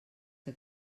que